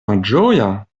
malĝoja